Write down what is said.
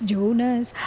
Jonas